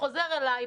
חוזר אליי,